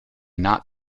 not